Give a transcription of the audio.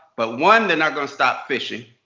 but one, they're not gonna stop fishing.